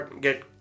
get